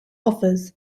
offers